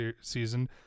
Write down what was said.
season